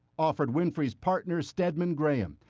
offered winfrey's partner, steadman graham.